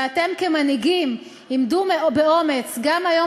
וכמנהיגים עמדו באומץ גם היום,